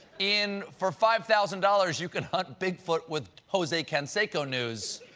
in for five thousand dollars, you can hunt bigfoot with jose canseco news.